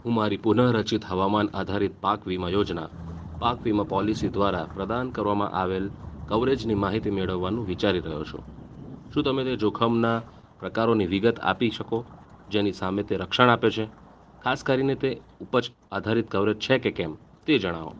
હું મારી પુનઃરચિત હવામાન આધારિત પાક વીમા યોજના પાક વીમા પોલિસી દ્વારા પ્રદાન કરવામાં આવેલ કવરેજની માહિતી મેળવવાનું વિચારી રહ્યો છું શું તમે તે જોખમના પ્રકારોની વિગત આપી શકો જેની સામે તે રક્ષણ આપે છે ખાસ કરીને તે ઉપજ આધારિત કવરેજ છે કે કેમ તે જણાવો